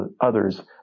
others